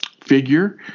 figure